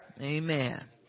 Amen